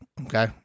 Okay